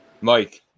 Mike